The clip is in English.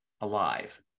alive